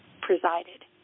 presided